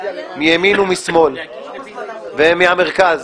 מימין משמאל ומהמרכז,